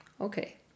Okay